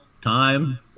time